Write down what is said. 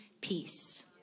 peace